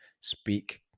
speak